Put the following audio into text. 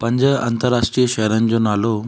पंज अंतर्राष्ट्रीय शहरनि जो नालो